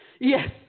yes